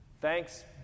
Thanks